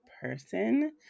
person